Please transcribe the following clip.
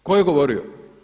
Tko je govorio?